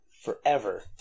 forever